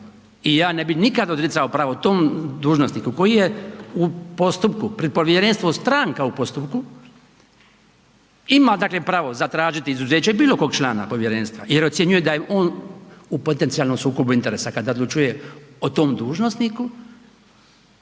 i ja ne bi nikad ne bi odricao pravo tom dužnosniku koji je u postupku pred povjerenstvom, stranka u postupku ima pravo zatražiti izuzeće bilo kog članstva povjerenstva jer ocjenjuje da je on u potencijalnom sukobu interesa kada odlučuje o tom dužnosniku